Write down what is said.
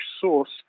source